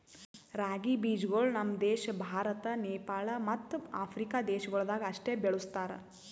ರಾಗಿ ಬೀಜಗೊಳ್ ನಮ್ ದೇಶ ಭಾರತ, ನೇಪಾಳ ಮತ್ತ ಆಫ್ರಿಕಾ ದೇಶಗೊಳ್ದಾಗ್ ಅಷ್ಟೆ ಬೆಳುಸ್ತಾರ್